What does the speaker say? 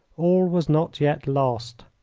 all was not yet lost.